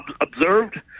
observed